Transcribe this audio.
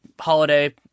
holiday